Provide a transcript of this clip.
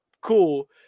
cool